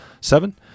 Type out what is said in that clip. seven